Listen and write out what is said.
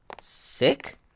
Sick